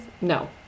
No